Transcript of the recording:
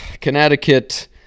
Connecticut